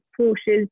Porsche's